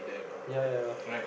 ya ya ya